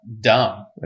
Dumb